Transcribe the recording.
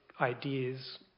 ideas